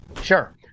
Sure